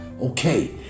Okay